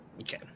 Okay